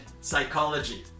psychology